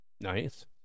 Nice